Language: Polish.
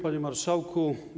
Panie Marszałku!